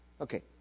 Okay